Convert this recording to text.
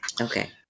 Okay